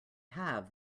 have